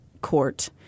court